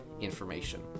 information